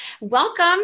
welcome